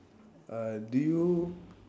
uh do you